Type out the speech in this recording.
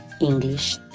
English